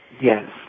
yes